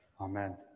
Amen